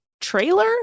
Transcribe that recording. trailer